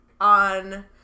on